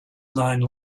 nine